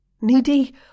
needy